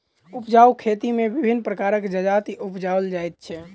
उपजाउ खेत मे विभिन्न प्रकारक जजाति उपजाओल जाइत छै